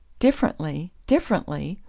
differently? differently?